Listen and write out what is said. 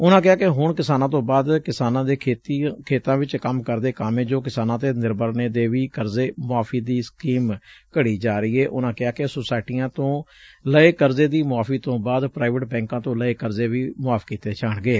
ਉਨ੍ਹਾ ਕਿਹਾ ਕਿ ਹੁਣ ਕਿਸਾਨਾਂ ਤੋ ਬਾਅਦ ਕਿਸਾਨਾਂ ਦੇ ਖੇਤਾਂ ਵਿਚ ਕੰਮ ਕਰਦੇ ਕਾਮੇ ਜੋ ਕਿਸਾਨਾਂ ਤੇ ਨਿਰਭਰ ਨੇ ਦੇ ਵੀ ਕਰਜੇ ਮਾਫੀ ਦੀ ਸਕੀਮ ਘੜੀ ਜਾ ਰਹੀ ਏ ਉਨ੍ਹਾਂ ਕਿਹਾ ਕੇ ਸੁਸਾਇਟੀਆਂ ਤੋਂ ਲਏ ਕਰਜੇ ਦੀ ਮਾਫੀ ਤੋਂ ਬਾਅਦ ਪ੍ਰਾਈਵੇਟ ਬੈਕਾਂ ਤੋਂ ਲਏ ਕਰਜੇ ਵੀ ਮਾਫ ਕੀਤੇ ਜਾਣਗੇ